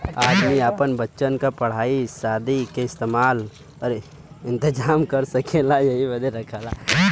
आदमी आपन बच्चन क पढ़ाई सादी के इम्तेजाम कर सकेला यही बदे रखला